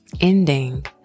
ending